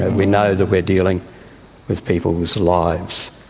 and we know that we are dealing with people's lives,